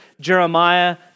Jeremiah